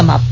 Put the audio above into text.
समाप्त